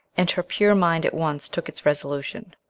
and her pure mind at once took its resolution.